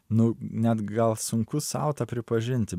nu net gal sunku sau tą pripažinti